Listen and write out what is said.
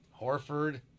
Horford